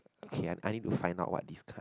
okay I I need to find out what this